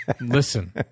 listen